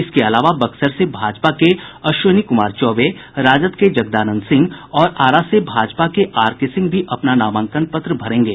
इसके अलावा बक्सर से भाजपा के अश्विनी कुमार चौबे राजद के जगदानंद सिंह और आरा से भाजपा के आर के सिंह भी अपना नामांकन पत्र भरेंगे